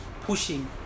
pushing